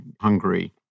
Hungary